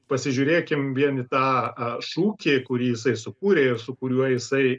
pasižiūrėkim vien į tą šūkį kurį jisai sukūrė ir su kuriuo jisai